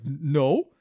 no